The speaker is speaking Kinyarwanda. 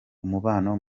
umubano